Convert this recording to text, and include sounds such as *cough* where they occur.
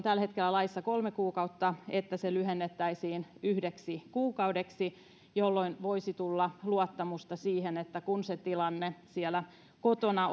*unintelligible* tällä hetkellä kolme kuukautta lyhennettäisiin yhdeksi kuukaudeksi jolloin voisi tulla luottamusta siihen että kun se tilanne siellä kotona *unintelligible*